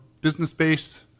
business-based